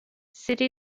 city